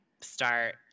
start